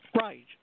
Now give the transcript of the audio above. Right